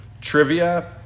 Trivia